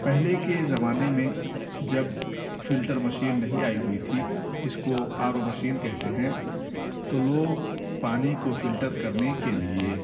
پہلے کے زمانے میں جب فلٹر مشین نہیں آئی ہوئی تھی جس کو آر او مشین کہتے ہیں تو لوگ پانی کو فلٹر کرنے کے لیے